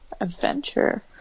Adventure